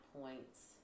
points